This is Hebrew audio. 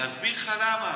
אני אסביר לך למה,